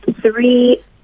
three